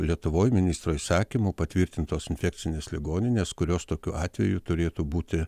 lietuvoj ministro įsakymu patvirtintos infekcinės ligoninės kurios tokiu atveju turėtų būti